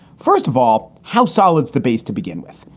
first of all, how solid is the base to begin with?